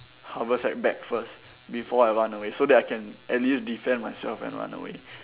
haversack bag first before I run away so that I can at least defend myself and run away